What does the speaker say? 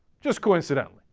just coincidental.